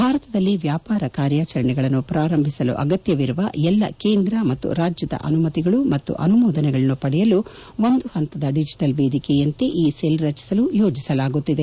ಭಾರತದಲ್ಲಿ ವ್ಲಾಪಾರ ಕಾರ್ಯಾಚರಣೆಗಳನ್ನು ಪ್ರಾರಂಭಿಸಲು ಆಗತ್ಯವಿರುವ ಎಲ್ಲಾ ಕೇಂದ್ರ ಮತ್ತು ರಾಜ್ಯದ ಆನುಮತಿಗಳು ಮತ್ತು ಆನುಮೋದನೆಗಳನ್ನು ಪಡೆಯಲು ಒಂದು ಪಂತದ ಡಿಜಿಬಲ್ ವೇದಿಕೆಯಂತೆ ಈ ಸೆಲ್ ರಚಿಸಲು ಯೋಜಿಸಲಾಗುತ್ತಿದೆ